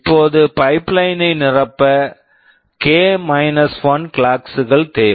இப்போது pipeline pipeline ஐ நிரப்ப k 1 கிளாக்ஸ் clocks கள் தேவை